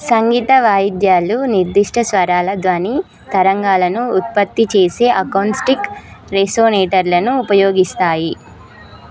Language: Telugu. సంగీత వాయిద్యాలు నిర్దిష్ట స్వరాల ధ్వని తరంగాలను ఉత్పత్తి చేసే అకౌస్టిక్ రెసొనేటర్లను ఉపయోగిస్తాయి